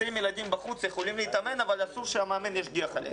20 ילדים בחוץ יכולים להתאמן אבל אסור שהמאמן ישגיח עליהם?